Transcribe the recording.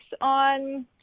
on